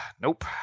Nope